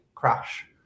crash